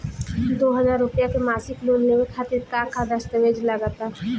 दो हज़ार रुपया के मासिक लोन लेवे खातिर का का दस्तावेजऽ लग त?